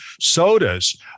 sodas